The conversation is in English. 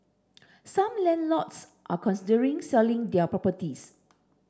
some landlords are considering selling their properties